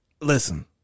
Listen